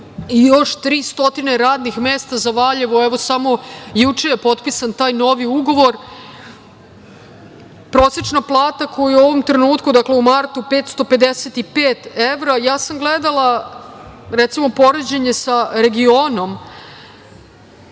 još 300 radnih mesta za Valjevo, evo samo juče je potpisan taj novi ugovor. Prosečna plata koja je u ovom trenutku, dakle u martu 555 evra. Ja sam gledala, recimo poređenje sa regionom